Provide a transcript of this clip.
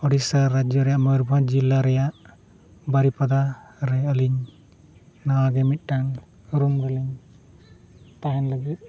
ᱳᱲᱤᱥᱟ ᱨᱟᱡᱡᱚ ᱨᱮᱭᱟᱜ ᱢᱚᱭᱩᱨᱵᱷᱸᱡᱽ ᱡᱮᱞᱟ ᱨᱮᱭᱟᱜ ᱵᱟᱨᱤᱯᱟᱫᱟ ᱨᱮ ᱟᱹᱞᱤᱧ ᱱᱟᱣᱟᱜᱮ ᱢᱤᱫᱴᱟᱝ ᱨᱩᱢ ᱜᱮᱞᱤᱧ ᱛᱟᱦᱮᱱ ᱞᱟᱹᱜᱤᱫ